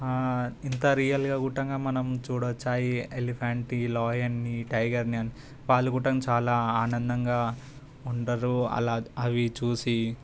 ఇంత రియల్గా గుట్టంగా మనం చూడొచ్చాయి ఎలిఫెంట్ ఈ లయన్నీ టైగర్ని వాళ్ళు కూడా చాలా ఆనందంగా ఉండరు అలా అవి చూసి